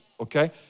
okay